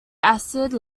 acid